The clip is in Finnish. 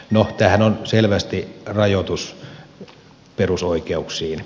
no tämähän on selvästi rajoitus perusoikeuksiin